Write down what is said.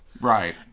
right